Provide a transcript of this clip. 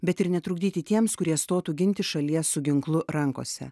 bet ir netrukdyti tiems kurie stotų ginti šalies su ginklu rankose